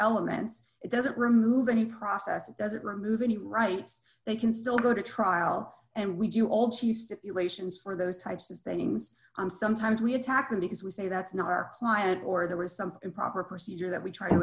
elements it doesn't remove any process it doesn't remove any rights they can still go to trial and we do all she stipulations for those types of things i'm sometimes we attack them because we say that's not our client or there was some improper procedure that we try to